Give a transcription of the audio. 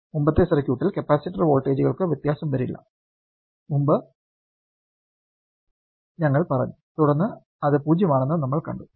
മുമ്പത്തെ സർക്യൂട്ടിൽ കപ്പാസിറ്റർ വോൾട്ടേജുകൾക്ക് വ്യത്യാസം വരില്ല മുമ്പ് ഞങ്ങൾ പറഞ്ഞു തുടർന്ന് അത് 0 ആണെന്നും നമ്മൾ കണ്ടു